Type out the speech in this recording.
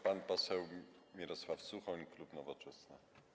Pan poseł Mirosław Suchoń, klub Nowoczesna.